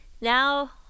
now